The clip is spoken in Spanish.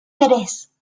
tres